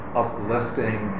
uplifting